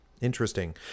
interesting